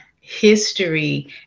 history